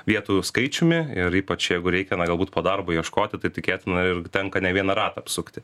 vietų skaičiumi ir ypač jeigu reikia na galbūt po darbo ieškoti taip tikėtina ir tenka ne vieną ratą apsukti